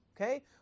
okay